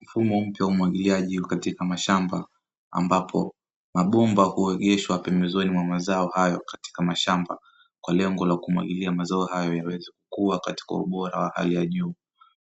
Mfumo mpya wa umwagiliaji katika mashamba ambapo mabomba huegeshwa pembezoni mwa mazao hayo katika mashamba kwa lengo la kumwagilia mazao hayo, yaweze kuwa katika ubora wa hali ya juu